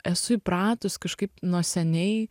esu įpratus kažkaip nuo seniai